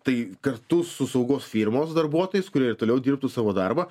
tai kartu su saugos firmos darbuotojais kurie ir toliau dirbtų savo darbą